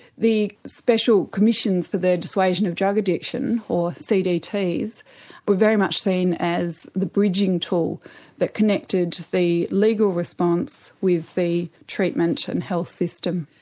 the special commissions for the persuasion of drug addiction or cdts were very much seen as the bridging tool that connected the legal response with the treatment and health system.